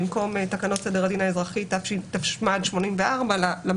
במקום תקנות סדר הדין האזרחי תשמ"ד-1984 יבוא